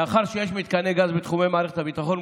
מאחר שיש מתקני גז גם בתחומי מערכת הביטחון,